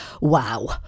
Wow